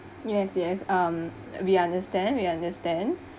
yes yes um we understand we understand